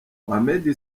mohamed